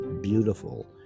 beautiful